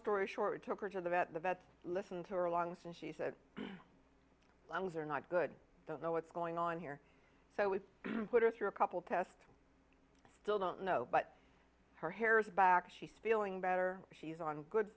story short we took her to the vet the vet listened to her lungs and she said levels are not good i don't know what's going on here so we put her through a couple test still don't know but her hair's back she's feeling better she's on good